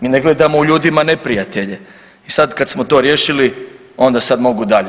Mi ne gledamo u ljudima neprijatelje i sad kad smo to riješili, onda sad mogu dalje.